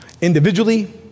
individually